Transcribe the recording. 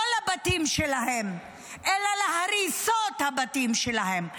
לא לבתים שלהם אלא להריסות הבתים שלהם,